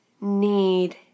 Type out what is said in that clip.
need